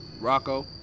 Rocco